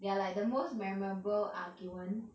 they are like the most memorable argument